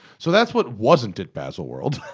so that's what wasn't at baselworld